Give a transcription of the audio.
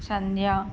సంధ్య